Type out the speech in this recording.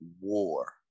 war